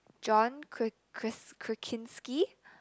John Kr~ Kris~ Krasinski